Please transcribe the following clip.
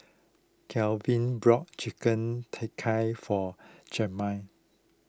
Garvin brought Chicken Tikka for Jamal